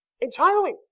Entirely